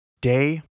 Day